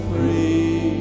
Free